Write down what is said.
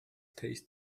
taste